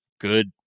good